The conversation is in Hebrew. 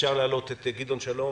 אפשר להעלות את גדעון שלום,